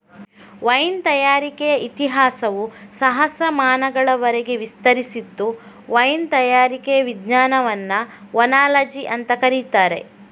wine ತಯಾರಿಕೆಯ ಇತಿಹಾಸವು ಸಹಸ್ರಮಾನಗಳವರೆಗೆ ವಿಸ್ತರಿಸಿದ್ದು ವೈನ್ ತಯಾರಿಕೆಯ ವಿಜ್ಞಾನವನ್ನ ಓನಾಲಜಿ ಅಂತ ಕರೀತಾರೆ